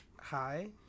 Hi